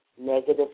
negative